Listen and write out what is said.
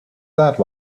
that